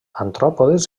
artròpodes